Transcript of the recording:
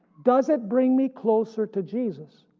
does it bring me closer to jesus?